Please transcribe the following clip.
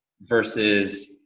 versus